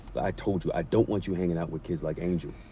i told you, i don't want you hanging out with kids like angel.